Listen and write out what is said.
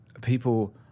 people